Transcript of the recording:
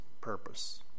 purpose